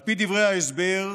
על פי דברי ההסבר,